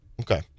Okay